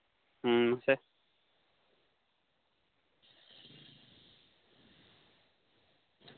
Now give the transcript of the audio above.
ᱢᱟᱥᱮ